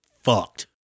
fucked